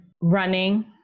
Running